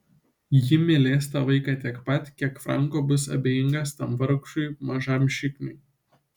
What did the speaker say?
ji mylės tą vaiką tiek pat kiek franko bus abejingas tam vargšui mažam šikniui